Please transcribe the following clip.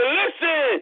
listen